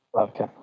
Okay